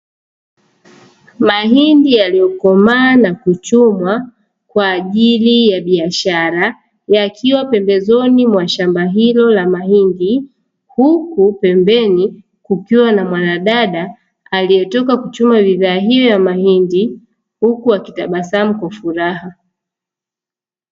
Mahindi yaliyokomaa na kuchumwa kwa ajili ya biashara, yakiwa pembezoni mwa shamba hilo la mahindi, huku pembeni kukiwa na mwanadada aliyetoka kuchuma bidhaa hiyo ya mahindi, huku akitabasamu kwa furaha.